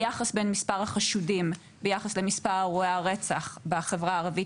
היחס בין מספר החשודים ביחס למספר מקרי הרצח בחברה הערבית,